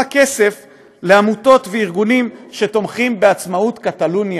כסף לעמותות וארגונים שתומכים בעצמאות קטלוניה,